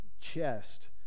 chest